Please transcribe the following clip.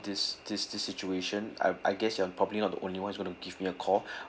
this this this situation I I guess you're probably not the only one who's gonna give me a call